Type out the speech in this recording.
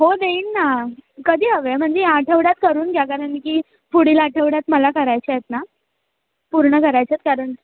हो देईन ना कधी हवे म्हणजे ह्या आठवड्यात करून घ्या कारण की पुढील आठवड्यात मला करायच्या आहेत ना पूर्ण करायचे आहेत कारण